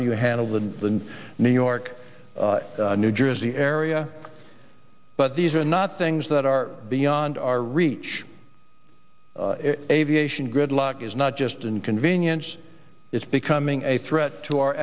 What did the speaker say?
do you handle the new york new jersey area but these are not things that are beyond our reach aviation gridlock is not just an inconvenience it's becoming a threat to our